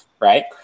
right